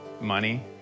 money